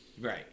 Right